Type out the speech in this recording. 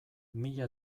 mila